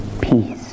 Peace